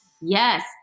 Yes